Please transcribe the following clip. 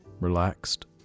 Relaxed